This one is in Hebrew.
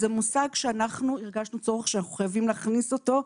זה מושג שאנחנו הרגשנו צורך שאנחנו חייבים להכניס אותו,